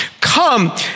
Come